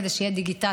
כדי שתהיה דיגיטציה.